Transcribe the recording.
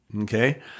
Okay